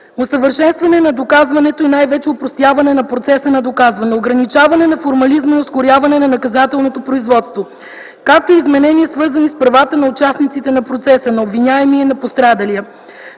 усъвършенстване на доказването и най-вече опростяване на процеса на доказване, ограничаване на формализма и ускоряване на наказателното производство, както и изменения, свързани с правата на участниците на процеса – на обвиняемия и пострадалия.